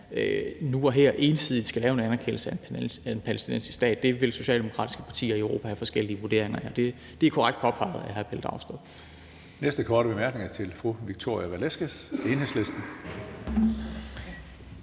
man nu og her ensidigt skal lave en anerkendelse af en palæstinensisk stat, vil socialdemokratiske partier i Europa have forskellige vurderinger af det. Det er korrekt påpeget af hr. Pelle Dragsted. Kl. 20:17 Tredje næstformand (Karsten Hønge): Næste korte bemærkning er til fru Victoria Velasquez, Enhedslisten.